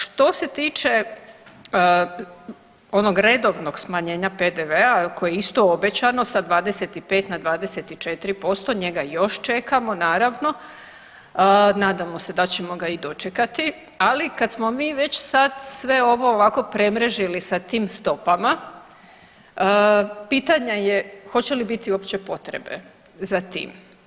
Što se tiče onog redovnog smanjenja PDV-a koje je isto obećano sa 25 na 24% njega još čekamo naravno, nadamo se da ćemo ga i dočekati, ali kad smo mi već sad sve ovo ovako premrežili sa tim stopama, pitanje je hoće li biti uopće potrebe za tim.